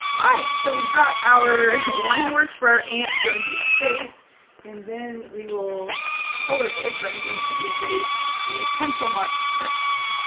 alright, so we've got our line work for our ants going through space and then we will color it, but i'm going to erase the pencil marks first.